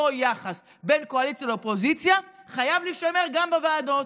אותו יחס בין קואליציה לאופוזיציה חייב להישמר גם בוועדות.